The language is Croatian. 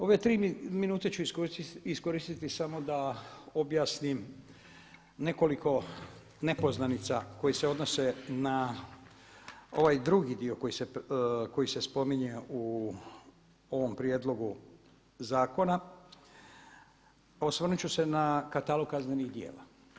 Ove tri minute ću iskoristiti samo da objasnim nekoliko nepoznanica koje se odnose na ovaj drugi dio koji se spominje u ovom prijedlogu zakona, osvrnut ću se na katalog kaznenih djela.